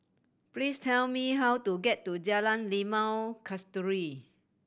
please tell me how to get to Jalan Limau Kasturi